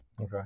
okay